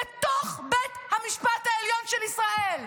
לתוך בית המשפט העליון של ישראל.